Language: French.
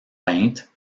peinte